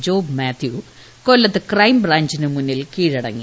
job Mathew കൊല്ലത്ത് ക്രൈംബ്രാഞ്ചിനു മുന്നിൽ കീഴടങ്ങി